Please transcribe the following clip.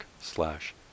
slash